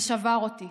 זה שבר אותי,